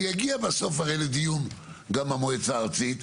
זה יגיע בסוף הרי לדיון גם במועצה הארצית,